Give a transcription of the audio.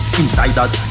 insiders